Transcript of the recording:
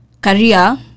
career